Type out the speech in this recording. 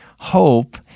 hope